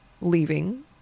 leaving